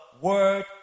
word